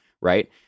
right